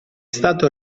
stato